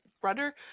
brother